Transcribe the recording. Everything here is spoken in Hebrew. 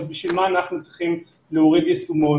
אז בשביל מה אנחנו צריכים להוריד יישומון.